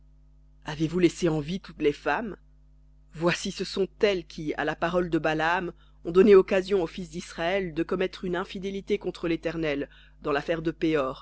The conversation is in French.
avez-vous laissé en vie toutes les femmes voici ce sont elles qui à la parole de balaam ont donné occasion aux fils d'israël de commettre une infidélité contre l'éternel dans l'affaire de péor